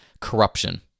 corruption